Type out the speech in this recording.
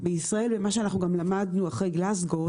מה שאנחנו גם למדנו אחרי גלזגו,